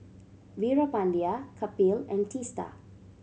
Veerapandiya Kapil and Teesta